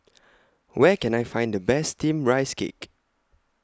Where Can I Find The Best Steamed Rice Cake